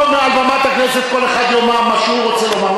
פה מעל במת הכנסת כל אחד יאמר מה שהוא רוצה לומר,